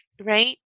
right